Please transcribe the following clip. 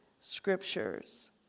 scriptures